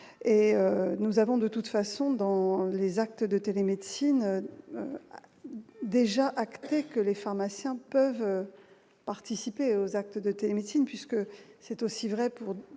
et nous avons, de toute façon dans les actes de télémédecine déjà acté que les pharmaciens peuvent participer aux actes de télémédecine, puisque c'est aussi vrai pour